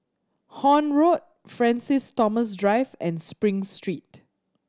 Horne Road Francis Thomas Drive and Spring Street